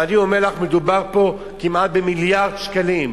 ואני אומר לך, מדובר פה כמעט במיליארד שקלים.